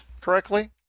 correctly